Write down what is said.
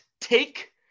take